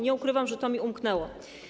Nie ukrywam, że mi to umknęło.